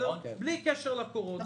בלי קשר לקורונה,